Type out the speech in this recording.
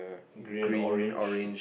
green and orange